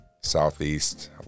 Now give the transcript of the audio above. southeast